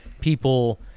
people